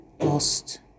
lost